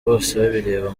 bosebabireba